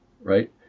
right